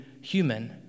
human